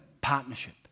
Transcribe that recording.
partnership